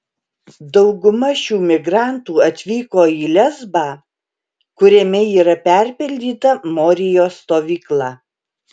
dauguma šių migrantų atvyko į lesbą kuriame yra perpildyta morijos stovykla